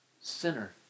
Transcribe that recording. Sinner